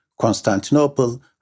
Constantinople